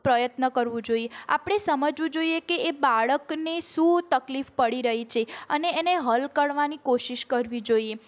પ્રયત્ન કરવું જોઈએ આપણે સમજવું જોઈએ કે એ બાળકને શું તકલીફ પડી રહી છે અને એને હલ કરવાની કોશિશ કરવી જોઈએ